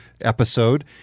episode